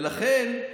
ולכן,